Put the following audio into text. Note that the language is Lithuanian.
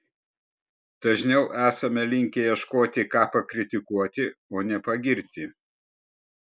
dažniau esame linkę ieškoti ką pakritikuoti o ne pagirti